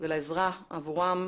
ובעזרה עבורם.